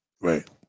Right